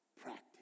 practice